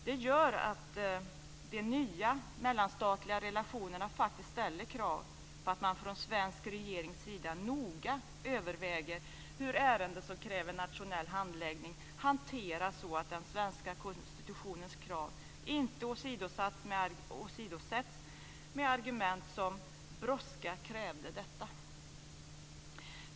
Det gör att de nya mellanstatliga relationerna faktiskt ställer krav på att man från svensk regerings sida noga överväger hur ärenden som kräver nationell handläggning hanteras, så att den svenska konstitutionens krav inte åsidosätts med argument som: brådska krävde detta.